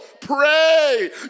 Pray